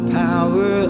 power